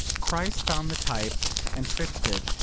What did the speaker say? christ found the type and fixed it,